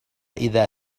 إذا